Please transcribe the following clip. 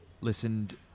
listened